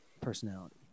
personality